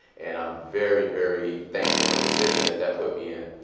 and i'm very, very thankful the position that that put me in.